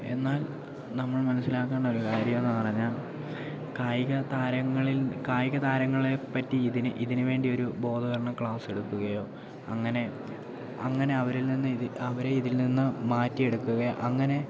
എന്നാൽ നമ്മൾ മനസ്സിലാക്കേണ്ട ഒരു കാര്യം എന്ന് പറഞ്ഞാൽ കായിക താരങ്ങളിൽ കായിക താരങ്ങളെ പറ്റി ഇതിന് ഇതിനു വേണ്ടി ഒരു ബോധവത്കരണ ക്ലാസ് എടുക്കുകയോ അങ്ങനെ അങ്ങനെ അവരിൽനിന്ന് ഇത് അവരെ ഇതിൽനിന്ന് മാറ്റി എടുക്കുകയോ അങ്ങനെ